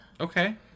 Okay